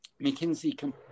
McKinsey